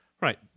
Right